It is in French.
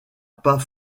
pas